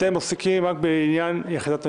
אתם עוסקים רק בעניין יחידת המימון,